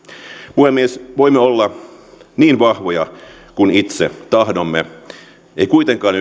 puhemies voimme olla niin vahvoja kuin itse tahdomme emme kuitenkaan